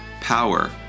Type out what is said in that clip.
power